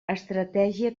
estratègia